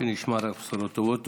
שנשמע רק בשורות טובות.